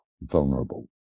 vulnerable